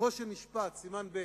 "חושן משפט", סימן ב'.